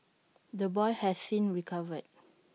the boy has since recovered